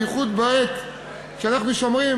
בייחוד בעת שאנחנו שומעים,